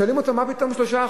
שואלים אותו: מה פתאום 3%,